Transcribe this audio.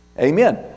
Amen